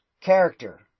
character